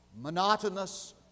monotonous